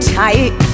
tight